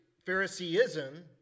Phariseeism